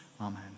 Amen